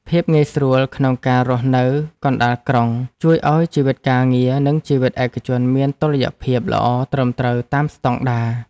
ភាពងាយស្រួលក្នុងការរស់នៅកណ្តាលក្រុងជួយឱ្យជីវិតការងារ និងជីវិតឯកជនមានតុល្យភាពល្អត្រឹមត្រូវតាមស្តង់ដារ។